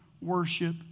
worship